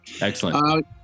Excellent